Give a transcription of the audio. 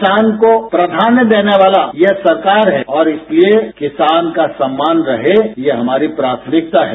किसान को प्राधान्य देने वाला यह सरकार है इसलिए किसान का सम्मान रहे यह हमारी प्राथमिकता है